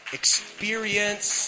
experience